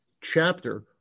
chapter